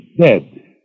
dead